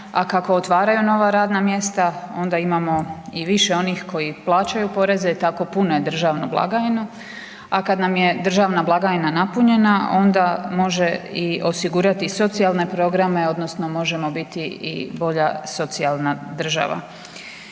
a kako otvaraju nova radna mjesta onda imamo i više onih koji plaćaju poreze i tako pune državnu blagajnu, a kad nam je državna blagajna napunjena onda može i osigurati i socijalne programe odnosno možemo biti i bolja socijalna država.